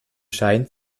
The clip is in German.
scheint